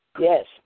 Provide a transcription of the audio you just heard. Yes